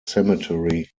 cemetery